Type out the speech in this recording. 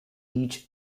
each